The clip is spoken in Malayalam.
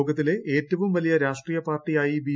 ലോകത്തിലെ ഏറ്റവും വലിയ രാഷ്ട്രീയ പാർട്ടിയായി ബ്ബി